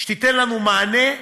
שתיתן לנו מענה,